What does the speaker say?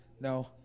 No